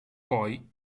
poi